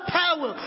power